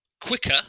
quicker